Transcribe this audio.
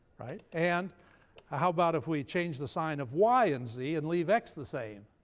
right? and how about if we change the sign of y and z, and leave x the same?